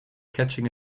catching